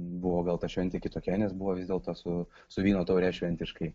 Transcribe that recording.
buvo gal ta šventė kitokia nes buvo vis dėlto su su vyno taure šventiškai